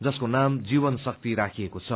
जसको नाम जीवन शक्ति राखिएको छ